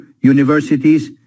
universities